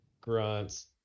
grunts